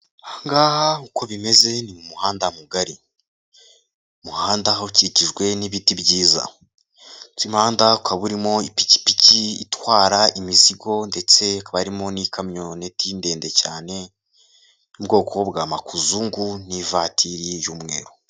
Aha ngaha uko bimeze ni mu muhanda mugari umuhanda ukikijwe n'ibiti byiza. Uyu muhanda ukaba urimo ipikipiki itwara imizigo ndetse hakaba harimo n'ikamyoneti ndende cyane y'ubwoko bwa makuzungu n'ivatiri y'umweru.